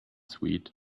sweet